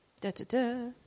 Da-da-da